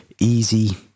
easy